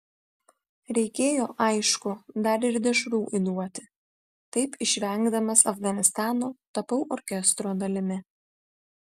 reikėjo aišku dar ir dešrų įduoti taip išvengdamas afganistano tapau orkestro dalimi